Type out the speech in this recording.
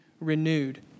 renewed